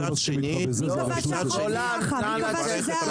מצד שני ----- גולן נא לצאת,